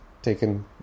taken